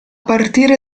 partire